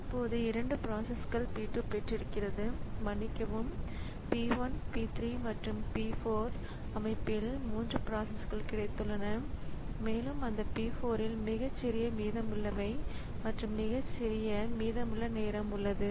இப்போது இரண்டு பிராசஸ்கள் P 2 பெற்றிருக்கிறது மன்னிக்கவும் P 1 P 3 மற்றும் P 4 அமைப்பில் 3 பிராசஸ்கள் கிடைத்துள்ளன மேலும் அந்த P 4 இல் மிகச்சிறிய மீதமுள்ளவை மற்றும் மிகச்சிறிய மீதமுள்ள நேரம் உள்ளது